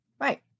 Right